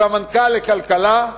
סמנכ"ל לכלכלה,